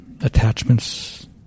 attachments